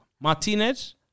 Martinez